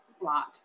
lot